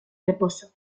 reposo